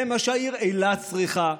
זה מה שהעיר אילת צריכה,